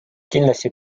kindlasti